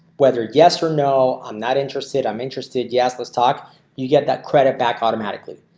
whether yes or no, i'm not interested. i'm interested. yes. let's talk you get that credit back automatically.